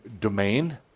domain